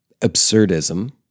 absurdism